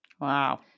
Wow